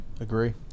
agree